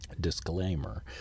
disclaimer